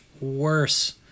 worse